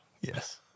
Yes